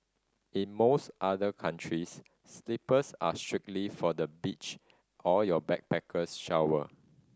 in most other countries slippers are strictly for the beach or your backpackers shower